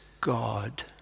God